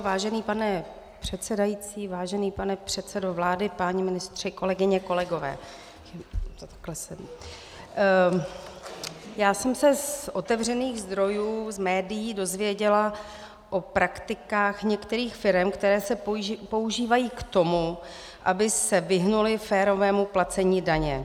Vážený pane předsedající, vážený pane předsedo vlády, páni ministři, kolegyně, kolegové, já jsem se z otevřených zdrojů, z médií, dozvěděla o praktikách některých firem, které se používají k tomu, aby se vyhnuly férovému placení daně.